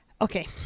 Okay